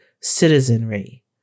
Citizenry